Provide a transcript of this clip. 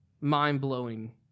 mind-blowing